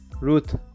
Ruth